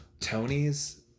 Tony's